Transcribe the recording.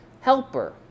helper